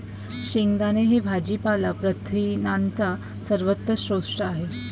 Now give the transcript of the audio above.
शेंगदाणे हे भाजीपाला प्रथिनांचा स्वस्त स्रोत आहे